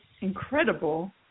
incredible